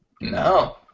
No